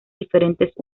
diferentes